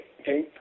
okay